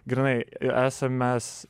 grynai esam mes